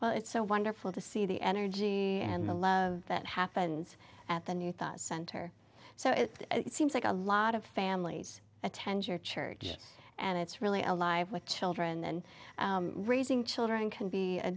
well it's so wonderful to see the energy and the love that happens at the new center so it seems like a lot of families attend your church and it's really alive with children and raising children can be a